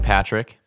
Patrick